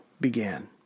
began